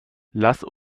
lass